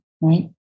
right